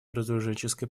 разоруженческой